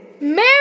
Mary